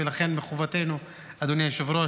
לכן מחובתנו, אדוני היושב-ראש,